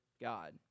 God